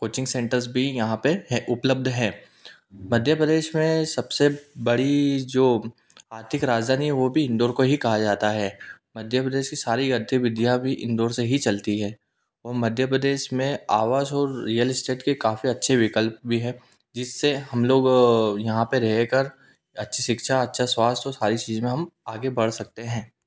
coaching centres भी यहाँ पर हैं उपलब्ध हैं मध्य प्रदेश में सब से बड़ी जो आर्थिक राजधानी है वो भी इंदौर को ही कहा जाता है मध्य प्रदेश की सारी गतिविधियाँ भी इंदौर से ही चलती है और मध्य प्रदेश में आवास और रियल इस्टेट के काफ़ी अच्छे विकल्प भी हैं जिससे हम लोग यहाँ पर रह कर अच्छी शिक्षा अच्छा स्वास्थ्य और सारी चीज़ में हम आगे बढ़ सकते हैं